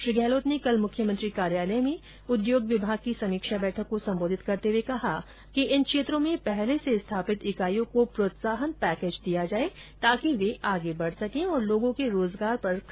श्री गहलोत ने कल मुख्यमंत्री कार्यालय में उद्योग विभाग की समीक्षा बैठक को संबोधित करते हुए कहा कि इन क्षेत्रों में पहले से स्थापित इकाईयों को प्रोत्साहन पैकेज दिया जाए ताकि वे आगे बढ़ सकें और लोगों के रोजगार पर खतरा पैदा नहीं हो